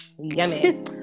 yummy